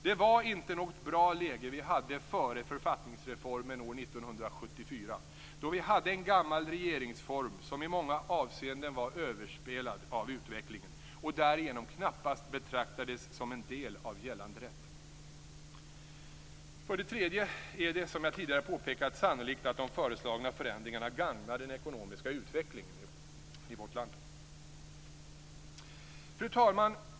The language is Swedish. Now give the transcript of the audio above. Det var inte något bra läge vi hade före författningsreformen år 1974 då vi hade en gammal regeringsform som i många avseenden var överspelad av utvecklingen och därigenom knappast betraktades som en del av vår gällande rätt. För det tredje är det, som jag tidigare påpekat, sannolikt att de föreslagna förändringarna gagnar den ekonomiska utvecklingen i vårt land. Fru talman!